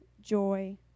joy